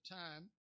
time